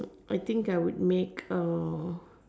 I think I would make a